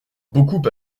beaucoup